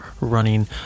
running